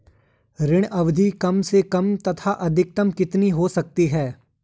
ऋण अवधि कम से कम तथा अधिकतम कितनी हो सकती है?